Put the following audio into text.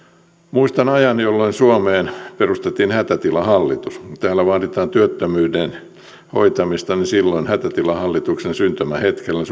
muistan ajan jolloin suomeen perustettiin hätätilahallitus täällä vaaditaan työttömyyden hoitamista silloin hätätilahallituksen syntymähetkellä